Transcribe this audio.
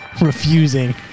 refusing